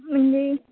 म्हणजे